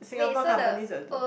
Singapore companies will do